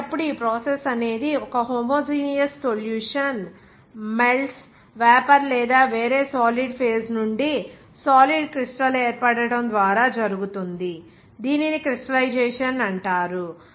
అలాంటప్పుడు ఈ ప్రాసెస్ అనేది ఒక హోమోజినేయస్ సొల్యూషన్ మెల్ట్స్ వేపర్ లేదా వేరే సాలిడ్ ఫేజ్ నుండి సాలిడ్ క్రిస్టల్ ఏర్పడటం ద్వారా జరుగుతుంది దీనిని క్రిష్టలైజేషన్ అంటారు